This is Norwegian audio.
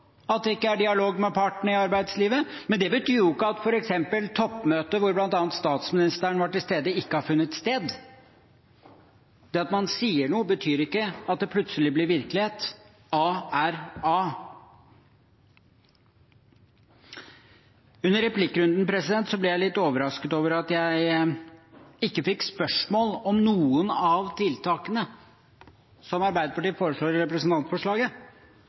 at det ikke er dialog med partene i arbeidslivet, men det betyr ikke at f.eks. toppmøtet hvor bl.a. statsministeren var til stede, ikke har funnet sted. Det at man sier noe, betyr ikke at det plutselig blir virkelighet – A er A. Under replikkrunden ble jeg litt overrasket over at jeg ikke fikk spørsmål om noen av de tiltakene som Arbeiderpartiet foreslår i representantforslaget.